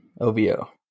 OVO